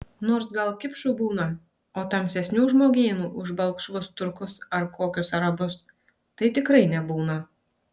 nors gal kipšų būna o tamsesnių žmogėnų už balkšvus turkus ar kokius arabus tai tikrai nebūna